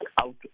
out